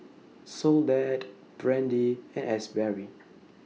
Soledad Brandie and Asberry